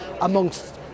amongst